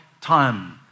time